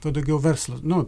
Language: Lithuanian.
tuo daugiau verslas nuo